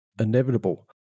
inevitable